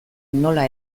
nola